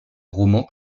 romans